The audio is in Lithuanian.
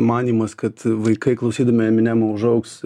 manymas kad vaikai klausydami eminemo užaugs